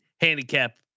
handicap